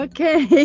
Okay